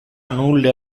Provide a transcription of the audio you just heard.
nulle